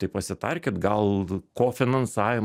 tai pasitarkit gal kofinansavim